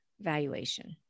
valuation